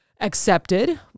accepted